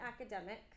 academic